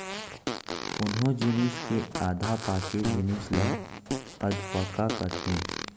कोनो जिनिस के आधा पाके जिनिस ल अधपका कथें